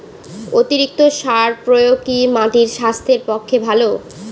অতিরিক্ত সার প্রয়োগ কি মাটির স্বাস্থ্যের পক্ষে ভালো?